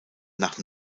nach